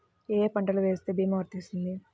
ఏ ఏ పంటలు వేస్తే భీమా వర్తిస్తుంది?